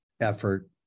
effort